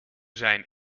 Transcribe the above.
zijn